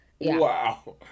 wow